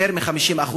יותר מ-50%,